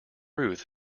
ruth